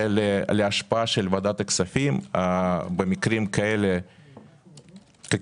להשפעה של ועדת הכספים במקרים כאלה ואחרים.